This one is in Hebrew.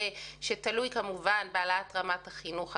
שתלוי כמובן בהעלאת רמת החינוך הכללי,